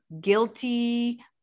guilty